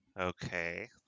Okay